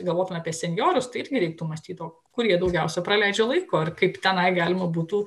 galvotume apie senjorus tai irgi reiktų mąstyti kurie daugiausiai praleidžia laiko ir kaip tenai galima būtų